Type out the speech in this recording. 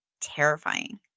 terrifying